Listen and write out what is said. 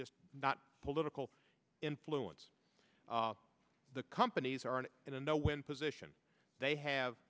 just not political influence the companies are in a no win position they have